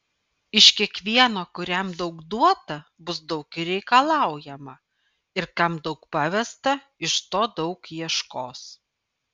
iš kiekvieno kuriam daug duota bus daug ir reikalaujama ir kam daug pavesta iš to daug ieškos